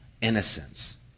innocence